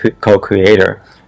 co-creator